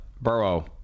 Burrow